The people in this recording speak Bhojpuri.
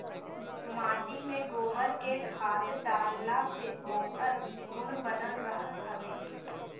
माटी में गोबर के खाद डालला से ओकर गुण बनल रहत हवे